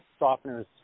softeners